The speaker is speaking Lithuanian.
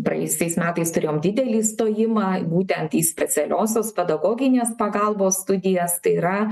praėjusiais metais turėjom didelį stojimą būtent į specialiosios pedagoginės pagalbos studijas tai yra